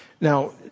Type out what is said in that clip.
Now